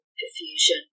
diffusion